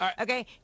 Okay